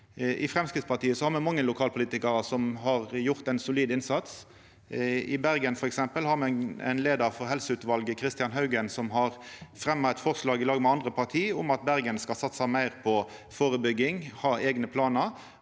I Framstegspartiet har me mange lokalpolitikarar som har gjort ein solid innsats. I Bergen har me ein leiar for helseutvalet, Christian Haugen, som har fremja eit forslag i lag med andre parti om at Bergen skal satsa meir på førebygging og ha eigne planar.